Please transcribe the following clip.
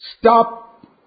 Stop